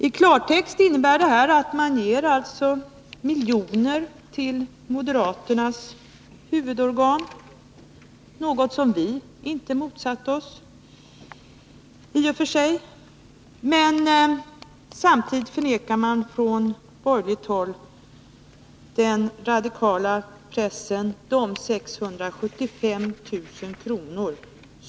I klartext innebär detta att man ger miljoner till moderaternas huvudorgan, något som vi inte motsatt oss i och för sig, men samtidigt från borgerligt håll förvägrar den radikala pressen de 675 000 kr.